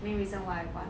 main reason why I want